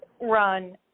run